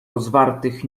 rozwartych